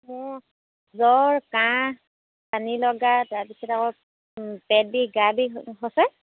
মোৰ জ্বৰ কাহ পানীলগা তাৰপিছত আকৌ পেট বিষ গা বিষ হৈছে